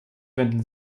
wenden